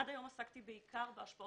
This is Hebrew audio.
עד היום עסקתי בעיקר בהשפעות